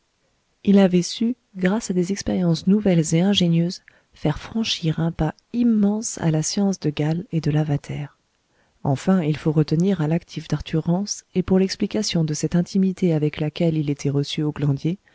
il avait su grâce à des expériences nouvelles et ingénieuses faire franchir un pas immense à la science de gall et de lavater enfin il faut retenir à l'actif d'arthur rance et pour l'explication de cette intimité avec laquelle il était reçu au glandier